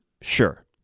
Sure